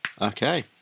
Okay